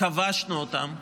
שכבשנו אותם,